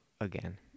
again